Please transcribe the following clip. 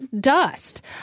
dust